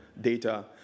data